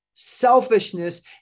Selfishness